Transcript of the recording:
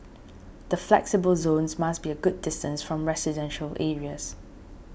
the flexible zones must be a good distance from residential areas